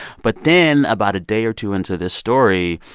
but then, about a day or two into this story,